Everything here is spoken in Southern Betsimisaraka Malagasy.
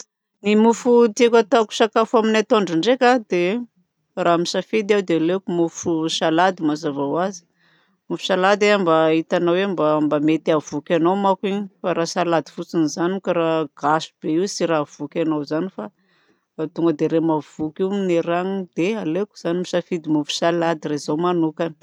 Ny mofo tiako ataoko sakafo amin'y atoandro ndraika dia raha misafidy aho dia aleoko ny mofo salady mazava ho azy. Mofo salady mba hitanao hoe mba mety ahavoky anao manko iny. Raha salady fotsiny zany moa ka raha gasy be io tsy raha ahavoky anao zany. Fa tonga dia ilay raha mahavoky io no hanina. Dia aleoko zany misafidy mofo salady raha izaho manokana.